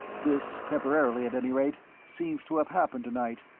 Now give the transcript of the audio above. this, temporarily at any rate, seems to have happened to-night.